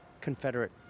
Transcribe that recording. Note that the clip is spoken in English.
Confederate